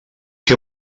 què